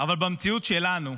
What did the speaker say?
אבל במציאות שלנו,